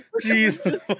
Jesus